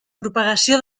propagació